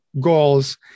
goals